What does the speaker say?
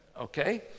okay